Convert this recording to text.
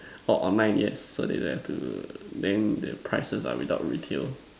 orh online yes so they didn't have to then their prices are on retail